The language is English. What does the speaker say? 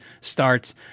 starts